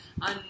on